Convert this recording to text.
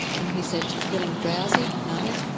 and he said, feeling drowsy? no.